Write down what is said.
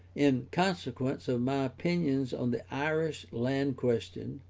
in consequence of my opinions on the irish land question,